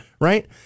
Right